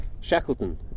Shackleton